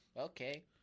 Okay